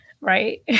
right